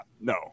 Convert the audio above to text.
no